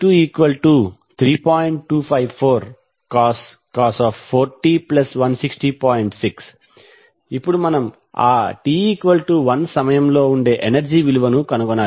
6 ఇప్పుడు మనం ఆ t1s సమయంలో ఎనర్జీ విలువను కనుగొనాలి